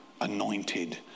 anointed